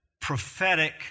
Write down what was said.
prophetic